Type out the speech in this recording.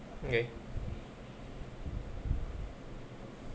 okay